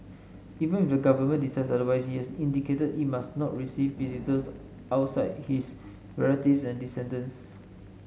even if the government decides otherwise he is indicated it must not receive visitors outside his relative and descendants